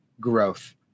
growth